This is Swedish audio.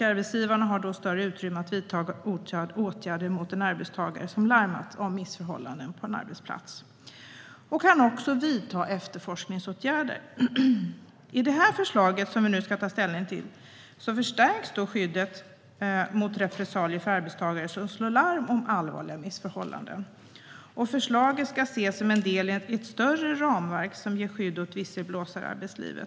Arbetsgivaren har då större utrymme att vidta åtgärder mot en arbetstagare som larmat om missförhållanden på en arbetsplats och kan också vidta efterforskningsåtgärder. I det förslag vi nu ska ta ställning till förstärks skyddet mot repressalier för arbetstagare som slår larm om allvarliga missförhållanden. Förslaget ska ses som en del i ett större ramverk som ger skydd åt visselblåsare i arbetslivet.